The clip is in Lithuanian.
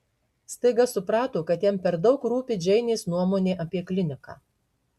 staiga suprato kad jam per daug rūpi džeinės nuomonė apie kliniką